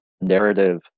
narrative